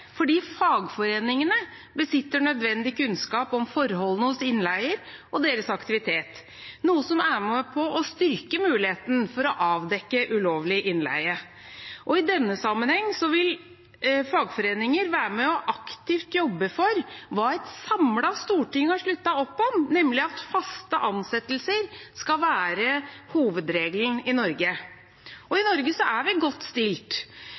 fordi fagforeningene besitter nødvendig kunnskap om forholdene hos innleier og deres aktivitet, noe som er med på å styrke muligheten for å avdekke ulovlig innleie. I denne sammenheng vil fagforeninger være med aktivt å jobbe for det et samlet storting har sluttet opp om, nemlig at faste ansettelser skal være hovedregelen i Norge. I Norge er vi godt stilt.